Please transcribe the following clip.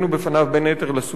בין היתר על סוגיה זו,